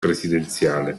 presidenziale